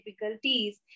difficulties